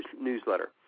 newsletter